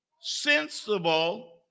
sensible